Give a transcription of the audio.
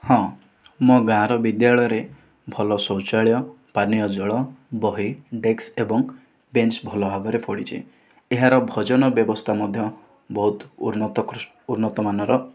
ହଁ ମୋ ଗାଁର ବିଦ୍ୟାଳୟରେ ଭଲ ଶୌଚାଳୟ ପାନୀୟଜଳ ବହି ଡ଼େସ୍କ ଏବଂ ଭଲଭାବରେ ପଡ଼ିଛି ଏହାର ଭୋଜନ ବ୍ୟବସ୍ଥା ମଧ୍ୟ ବହୁତ ଉନ୍ନତ ଉନ୍ନତ ମାନର